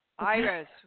Iris